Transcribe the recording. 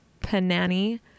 panani